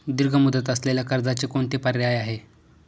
दीर्घ मुदत असलेल्या कर्जाचे कोणते पर्याय आहे?